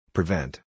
Prevent